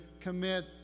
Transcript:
commit